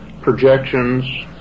projections